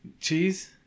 cheese